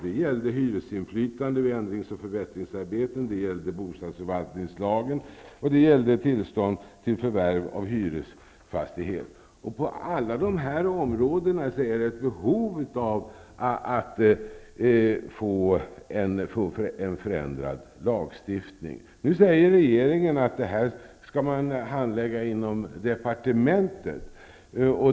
Det gällde hyresgästinflytande vid ändringsoch förbättringsarbeten, det gällde bostadsförvaltningslagen och tillstånd till förvärv av hyresfastighet. På alla dessa områden finns det ett behov av en förändrad lagstiftning. Nu säger regeringen att detta skall handläggas inom departementet.